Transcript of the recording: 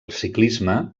ciclisme